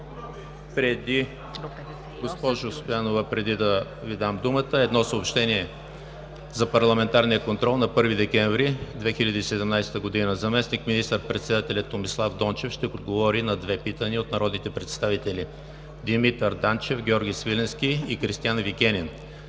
прието. Госпожо Стоянова, преди да Ви дам думата, съобщение за парламентарния контрол на 1 декември 2017 г: Заместник министър-председателят Томислав Дончев ще отговори на две питания от народните представители Димитър Данчев, Георги Свиленски и Кристиан Вигенин;